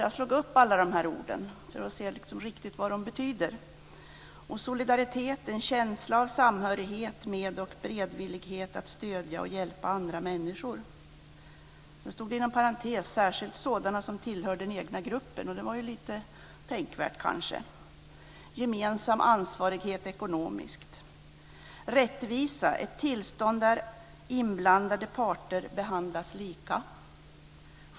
Jag slog upp dem för att riktigt se vad de betyder. Solidaritet är en känsla av samhörighet med och beredvillighet att stödja och hjälpa andra människor. Sedan stod det inom parentes: särskilt sådana som tillhör den egna gruppen. Och det var ju lite tänkvärt, kanske. Det betydde också gemensam ansvarighet ekonomiskt. Rättvisa är ett tillstånd där inblandade parter behandlas lika.